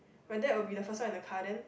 my dad will be the first one in the car then